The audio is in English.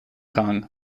kong